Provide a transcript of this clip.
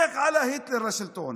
איך עלה היטלר לשלטון?